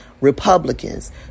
Republicans